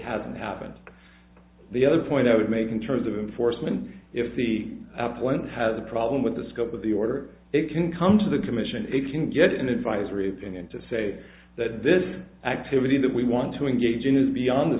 hasn't happened the other point i would make in terms of him force when if he out one has a problem with the scope of the order they can come to the commission a can get an advisory opinion to say that this activity that we want to engage in is beyond the